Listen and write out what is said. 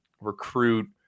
recruit